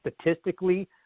statistically